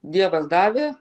dievas davė